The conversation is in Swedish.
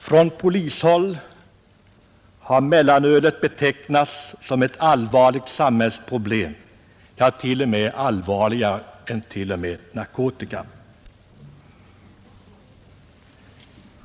Från polishåll har mellanölet betecknats som ett allvarligt samhällsproblem, ja, till och med allvarligare än narkotika.